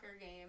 game